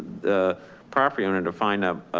the property owner to find, ah